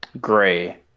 gray